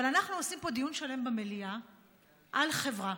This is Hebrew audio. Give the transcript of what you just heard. אבל אנחנו עושים פה דיון שלם במליאה על חברה,